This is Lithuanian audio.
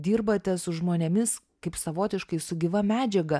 dirbate su žmonėmis kaip savotiškai su gyva medžiaga